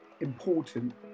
important